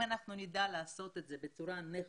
אם נדע לעשות את זה בצורה נכונה